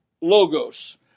Logos